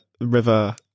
river